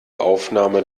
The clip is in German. aufnahme